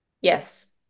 yes